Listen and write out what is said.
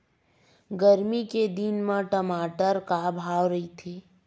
गरमी के दिन म टमाटर का भाव रहिथे?